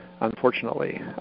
unfortunately